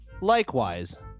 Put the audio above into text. Likewise